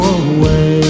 away